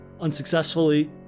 unsuccessfully